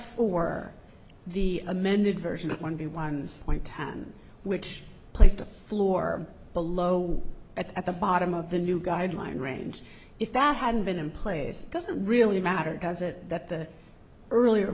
for the amended version of one b one point time which placed a floor below at the bottom of the new guideline range if that hadn't been in place doesn't really matter does it that the earlier